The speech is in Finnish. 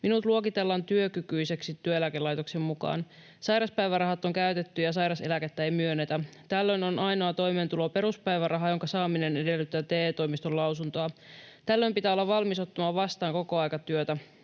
Minut luokitellaan työkykyiseksi työeläkelaitoksen mukaan. Sairauspäivärahat on käytetty, ja sairauseläkettä ei myönnetä. Tällöin on ainoa toimeentulo peruspäiväraha, jonka saaminen edellyttää TE-toimiston lausuntoa. Tällöin pitää olla valmis ottamaan vastaan kokoaikatyötä.